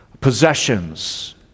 possessions